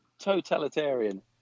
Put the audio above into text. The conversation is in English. totalitarian